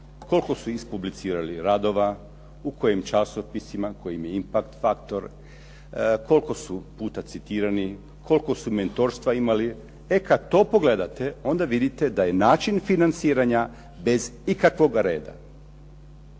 koliko su ispublicirali radova, u kojim časopisima, koji im je impact faktor, koliko su puta citirani, koliko su mentorstva imali? E kad to pogledate, onda vidite da je način financiranja bez ikakvog reda.